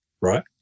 right